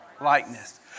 Likeness